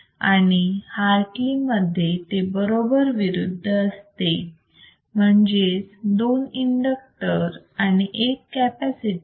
आणि हार्टली मध्ये ते बरोबर विरुद्ध असते म्हणजेच दोन इंडक्टर आणि एक कॅपॅसिटर